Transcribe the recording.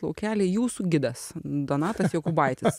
laukelį jūsų gidas donatas jokūbaitis